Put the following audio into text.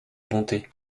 bonté